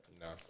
No